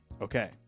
Okay